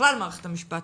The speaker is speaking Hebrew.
ככלל מערכת המשפט,